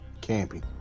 Camping